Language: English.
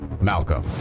Malcolm